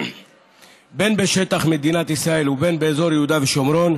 בין בשטח מדינת ישראל ובין באזור יהודה ושומרון,